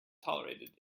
tolerated